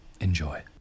Enjoy